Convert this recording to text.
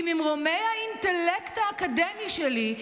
כי ממרומי האינטלקט האקדמי שלי,